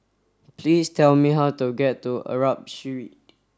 please tell me how to get to Arab Street